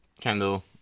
Kendall